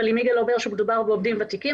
אבל אם יגאל אומר שמדובר בעובדים ותיקים,